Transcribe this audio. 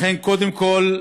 לכן, קודם כול,